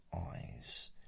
eyes